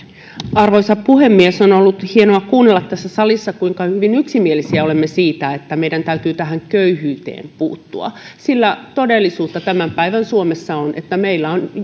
arvoisa puhemies on ollut hienoa kuunnella tässä salissa kuinka hyvin yksimielisiä olemme siitä että meidän täytyy tähän köyhyyteen puuttua sillä todellisuutta tämän päivän suomessa on että meillä on